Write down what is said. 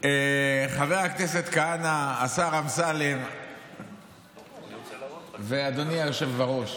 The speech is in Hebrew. חבר הכנסת כהנא, השר אמסלם ואדוני היושב בראש,